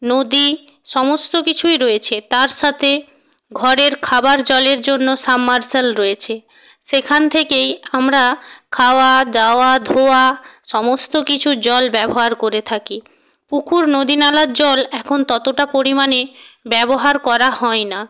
নদী সমস্ত কিছুই রয়েছে তার সাতে ঘরের খাবার জলের জন্য সাবমেরসিবেল রয়েছে সেখান থেকেই আমরা খাওয়া যাওয়া ধোয়া সমস্ত কিছুর জল ব্যবহার করে থাকি পুকুর নদী নালার জল এখন ততটা পরিমাণে ব্যবহার করা হয় না